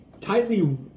tightly